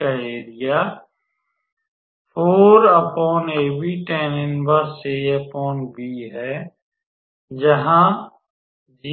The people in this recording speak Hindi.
का एरिया है जहाँ 0𝑎𝑏